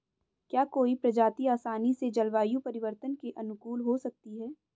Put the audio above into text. क्या कोई प्रजाति आसानी से जलवायु परिवर्तन के अनुकूल हो सकती है?